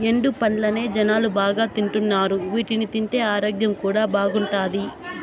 ఎండు పండ్లనే జనాలు బాగా తింటున్నారు వీటిని తింటే ఆరోగ్యం కూడా బాగుంటాది